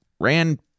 ran